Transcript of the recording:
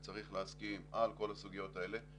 וצריך להסכים על כל הסוגיות האלה,